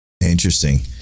interesting